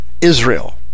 Israel